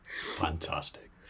Fantastic